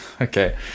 okay